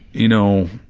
you know,